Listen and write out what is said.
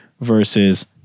versus